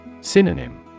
Synonym